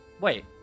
Wait